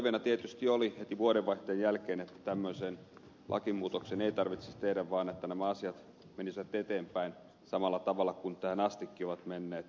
toiveena tietysti oli heti vuodenvaihteen jälkeen että tämmöistä lakimuutosta ei tarvitsisi tehdä vaan että nämä asiat menisivät eteenpäin samalla tavalla kuin tähän astikin ovat menneet